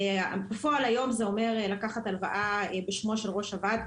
בפועל היום זה אומר לקחת הלוואה בשמו של ראש הוועד,